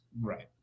Right